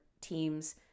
teams